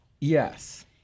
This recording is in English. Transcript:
Yes